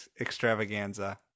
extravaganza